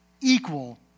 equal